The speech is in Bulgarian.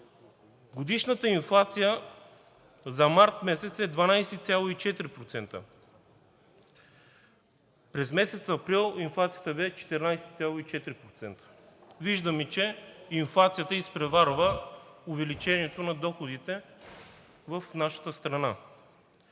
Годишната инфлация за март месец е 12,4%, през месец април инфлацията беше 14,4%. Виждаме, че инфлацията изпреварва увеличението на доходите в нашата страна.